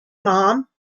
mom